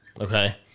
okay